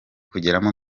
kugeramo